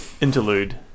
interlude